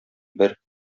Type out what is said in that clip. бер